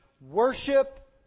worship